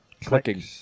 Clicking